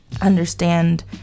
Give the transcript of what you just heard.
understand